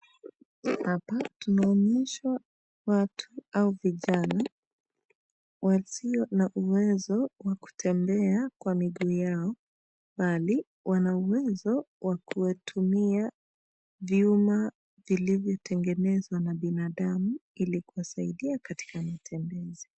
Hapa tunaonyeshwa watu au vijana wasio na uwezo wa kutembea kwa miguu yao, bali wana uwezo wa kuwatumia viuma vilivyotengenezwa na binadamu ili kusaidia katika matembezi.